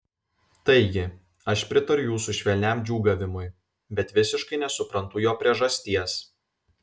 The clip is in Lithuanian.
taigi aš pritariu jūsų švelniam džiūgavimui bet visiškai nesuprantu jo priežasties